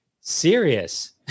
serious